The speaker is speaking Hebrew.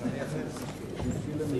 אדוני היושב-ראש, אדוני השר, חברי